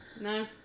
no